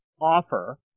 offer